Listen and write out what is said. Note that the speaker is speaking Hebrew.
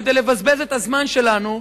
כדי לבזבז את הזמן שלנו.